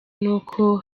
n’uko